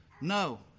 No